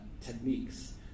techniques